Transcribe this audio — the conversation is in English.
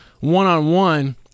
one-on-one